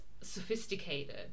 sophisticated